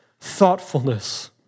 thoughtfulness